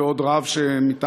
ועוד רב מטעם,